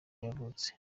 yavutse